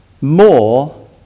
more